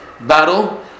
battle